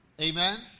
Amen